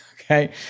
okay